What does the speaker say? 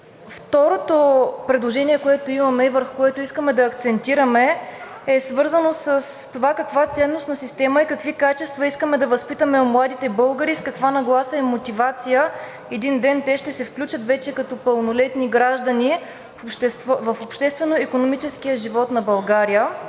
Второто предложение, което имаме и върху което искаме да акцентираме, е свързано с това каква ценностна система и какви качества искаме да възпитаме у младите българи, с каква нагласа и мотивация един ден те ще се включат вече като пълнолетни граждани в обществено-икономическия живот на България.